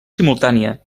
simultània